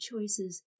choices